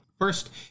First